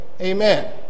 Amen